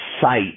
sight